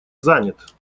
занят